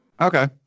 Okay